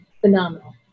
phenomenal